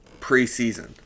preseason